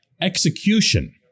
execution